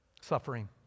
Suffering